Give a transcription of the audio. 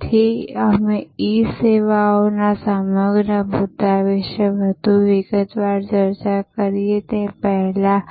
તેથી અમે ઇ સેવાઓના સમગ્ર મુદ્દા વિશે વધુ વિગતવાર ચર્ચા કરીએ તે પહેલાં